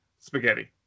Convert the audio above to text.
spaghetti